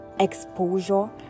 exposure